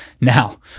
Now